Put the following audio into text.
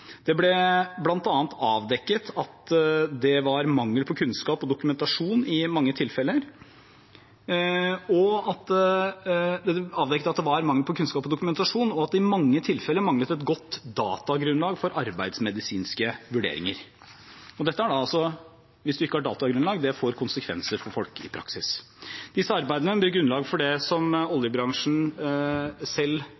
Det ble bl.a. avdekket at det var mangel på kunnskap og dokumentasjon, og at det i mange tilfeller manglet et godt datagrunnlag for arbeidsmedisinske vurderinger. Og har man ikke datagrunnlag, får det konsekvenser for folk i praksis. Disse arbeidene ble grunnlaget for det oljebransjen selv hadde, nemlig kjemikalieprosjektet fra 2007 til 2011, som